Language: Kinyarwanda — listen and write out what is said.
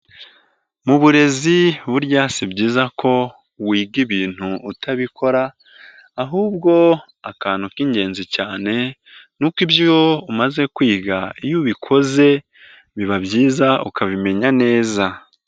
Mu burezi burya si byiza ko wiga ibintu utabikora ahubwo akantu k'ingenzi cyane nuko ibyo umaze kwiga iyo ubikoze biba byiza ukabimenya neza.